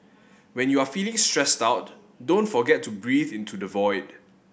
when you are feeling stressed out don't forget to breathe into the void